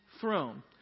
throne